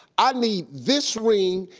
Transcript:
i need this ring,